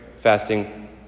fasting